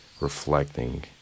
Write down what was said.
reflecting